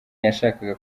yashakaga